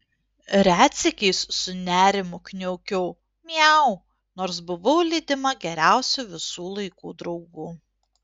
retsykiais su nerimu kniaukiau miau nors buvau lydima geriausių visų laikų draugų